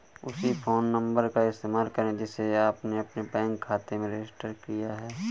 उसी phone number का इस्तेमाल करें जिसे आपने अपने बैंक खाते में रजिस्टर किया है